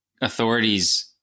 authorities